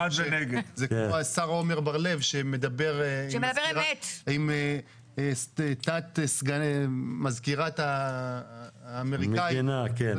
זה כמו השר עמר בר לב שמדבר עם תת מזכירת המדינה האמריקאית על